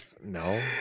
no